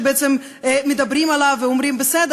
שבעצם מדברים עליו ואומרים: בסדר,